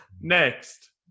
Next